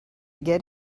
get